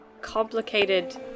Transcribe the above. complicated